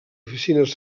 oficines